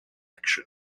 action